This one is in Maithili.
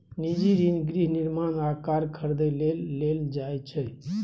निजी ऋण गृह निर्माण आ कार खरीदै लेल लेल जाइ छै